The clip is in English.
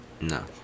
No